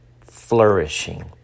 flourishing